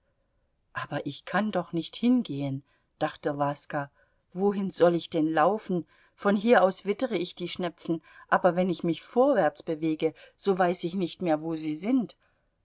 aber ich kann doch nicht hingehen dachte laska wohin soll ich denn laufen von hier aus wittere ich die schnepfen aber wenn ich mich vorwärts bewege so weiß ich nicht mehr wo sie sind